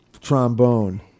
trombone